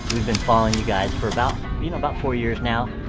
we've been following you guys for about you know about four years now,